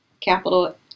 capital